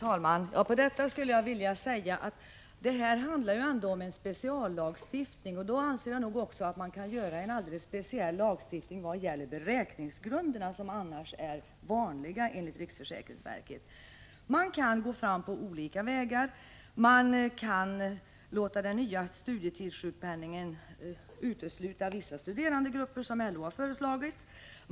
Herr talman! Till detta vill jag säga: Detta handlar ändå om en speciallagstiftning, och jag anser därför att man kan stifta en speciell lag vad gäller beräkningsgrunderna och tillämpa andra beräkningsgrunder än dem som enligt riksförsäkringsverket är de vanliga. Man kan gå fram på olika vägar: Man kan låta den nya studietidssjukpenningen utesluta vissa studerandegrupper, som LO har föreslagit.